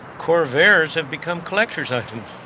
corvairs have become collector items.